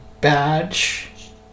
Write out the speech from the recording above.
badge